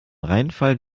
rheinfall